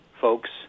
folks